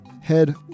head